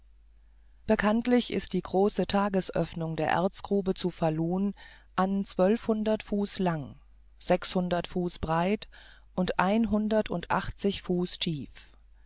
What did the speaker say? bekanntlich ist die große tagesöffnung der erzgrube zu falun an zwölfhundert fuß lang sechshundert fuß breit und einhundertundachtzig fuß tief